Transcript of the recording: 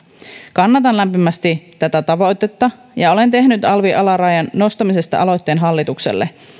kannatan lämpimästi tätä tavoitetta ja olen tehnyt alvi alarajan nostamisesta aloitteen hallitukselle